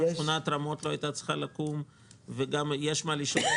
גם שכונת רמות לא הייתה צריכה לקום וגם שכונת נווה